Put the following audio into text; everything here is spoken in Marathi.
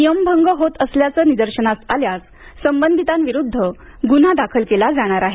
नियमभंग होत असल्याचं निदर्शनास आल्यास संबंधितांविरुद्ध गुन्हा दाखल केला जाणार आहे